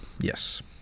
yes